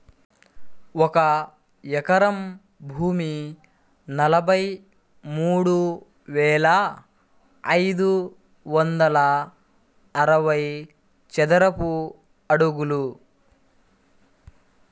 ఒక ఎకరం భూమి నలభై మూడు వేల ఐదు వందల అరవై చదరపు అడుగులు